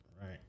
right